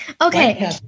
Okay